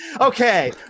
okay